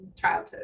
childhood